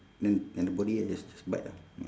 then then the body I just just bite ah